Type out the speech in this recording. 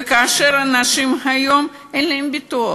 ולאנשים היום אין ביטוח.